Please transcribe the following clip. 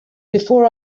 before